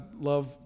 love